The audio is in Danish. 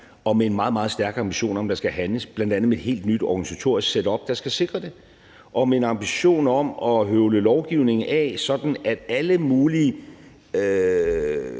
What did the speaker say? en meget, meget stærk ambition om, at der skal handles, bl.a. med et helt nyt organisatorisk setup, der skal sikre det, og med en ambition om at høvle lovgivning af, sådan at alle mulige